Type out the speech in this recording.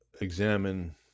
examine